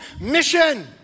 mission